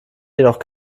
jedoch